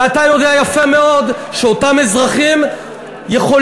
ואתה יודע יפה מאוד שאותם אזרחים יכולים,